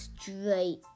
straight